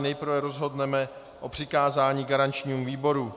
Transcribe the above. Nejprve rozhodneme o přikázání garančnímu výboru.